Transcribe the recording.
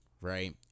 right